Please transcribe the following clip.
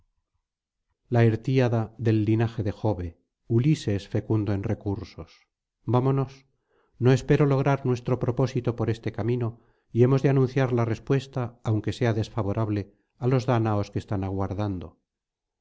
la arda del linaje de jove ulises fecundo en recursos vamonos no espero lograr nuestro propósito por este camino y hemos de anunciar la respuesta aunque sea desfavorable á los dáñaos que están aguardando